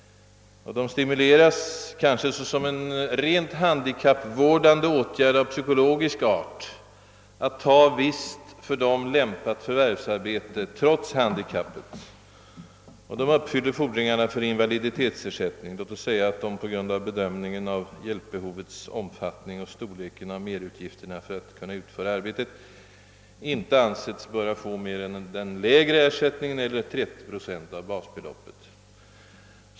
De stimuleras kanske — såsom en rent handikappvårdande åtgärd av psykologisk art — att ta visst för dem lämpat förvärvsarbete. De uppfyller fordringarna för invaliditetsersättning. Låt oss säga att de på grund av hjälpbehovets omfattning och storleken av de merutgifter de har för att kunna utföra arbetet inte ansetts böra få mer än den lägre ersättningen, d. v. s. 30 procent av basbeloppet.